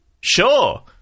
sure